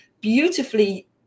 beautifully